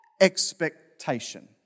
expectation